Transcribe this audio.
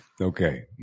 okay